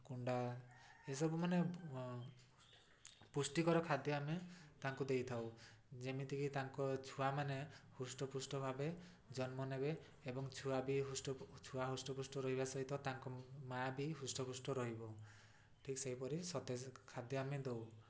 କୁଣ୍ଡା ଏସବୁ ମାନେ ପୁଷ୍ଟିକର ଖାଦ୍ୟ ଆମେ ତାଙ୍କୁ ଦେଇଥାଉ ଯେମିତିକି ତାଙ୍କ ଛୁଆମାନେ ହୃଷ୍ଟପୃଷ୍ଟ ଭାବେ ଜନ୍ମ ନେବେ ଏବଂ ଛୁଆ ବି ହୃଷ୍ଟ ଛୁଆ ହୃଷ୍ଟପୃଷ୍ଟ ରହିବା ସହିତ ତାଙ୍କ ମା' ବି ହୃଷ୍ଟପୃଷ୍ଟ ରହିବ ଠିକ ସେହିପରି ସତେଜ ଖାଦ୍ୟ ଆମେ ଦେଉ